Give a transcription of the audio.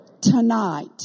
tonight